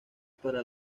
para